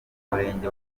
umurenge